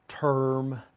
term